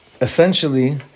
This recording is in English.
essentially